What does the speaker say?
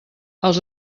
els